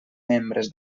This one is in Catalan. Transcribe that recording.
membres